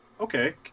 Okay